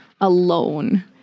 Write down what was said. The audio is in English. alone